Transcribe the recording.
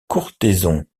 courthézon